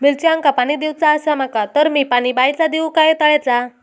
मिरचांका पाणी दिवचा आसा माका तर मी पाणी बायचा दिव काय तळ्याचा?